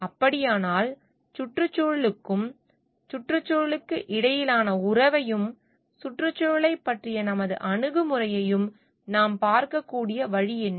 அப்படியானால் சுற்றுச்சூழலுக்கும் சுற்றுச்சூழலுக்கும் இடையிலான உறவையும் சுற்றுச்சூழலைப் பற்றிய நமது அணுகுமுறையையும் நாம் பார்க்கக்கூடிய வழி என்ன